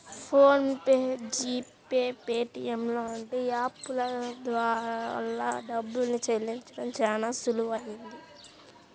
phone pay, GPay, Paytm లాంటి app ల వల్ల డబ్బుల్ని చెల్లించడం చానా సులువయ్యింది